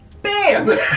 BAM